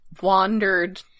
wandered